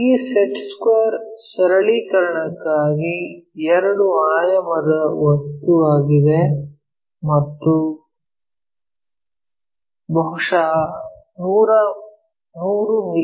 ಈ set square ಸರಳೀಕರಣಕ್ಕಾಗಿ ಎರಡು ಆಯಾಮದ ವಸ್ತುವಾಗಿದೆ ಮತ್ತು ಬಹುಶಃ 100 ಮಿ